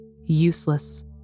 Useless